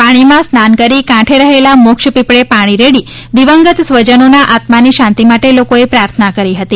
પાણીમાં સ્નાન કરી કાંઠે રહેલા મોક્ષ પીપળે પાણી રેડી દિવંગત સ્વજનો ના આત્માની શાંતિ માટે લોકોએ પ્રાર્થના કરી હતી